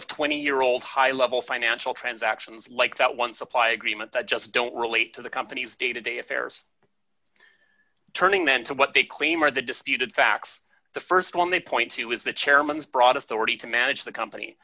of twenty year old high level financial transactions like that one supply agreement that just don't relate to the company's day to day affairs turning then to what they claim are the disputed facts the st one they point to is the chairman has brought authority to manage the company